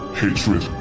hatred